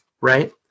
right